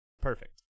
Perfect